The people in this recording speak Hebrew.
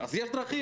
אז יש דרכים,